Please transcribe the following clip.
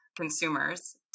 consumers